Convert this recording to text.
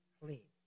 clean